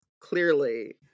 clearly